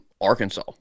Arkansas